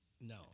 No